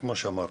הנחתי